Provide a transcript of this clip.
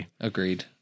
Agreed